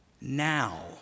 now